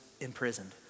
imprisoned